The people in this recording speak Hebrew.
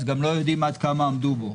אז גם לא יודעים עד כמה עמדו בו.